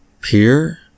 Peer